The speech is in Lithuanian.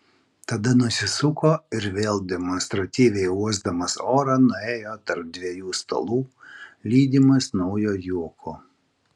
tada nusisuko ir vėl demonstratyviai uosdamas orą nuėjo tarp dviejų stalų lydimas naujo juoko